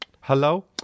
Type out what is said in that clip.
Hello